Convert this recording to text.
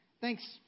thanks